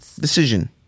decision